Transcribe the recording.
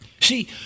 See